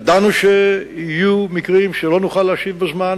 ידענו שיהיו מקרים שלא נוכל להשיב בזמן,